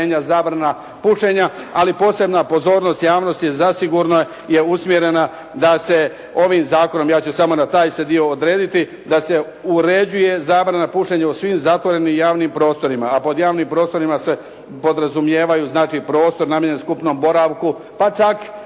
zabrana pušenja. Ali posebna pozornost javnosti je zasigurno usmjerena da se ovim zakonom ja ću samo na taj se dio odrediti da se uređuje zabrana pušenja u svim zatvorenim javnim prostorima, a pod javnim prostorima se podrazumijevaju znači prostor namijenjen skupnom boravku, pa čak i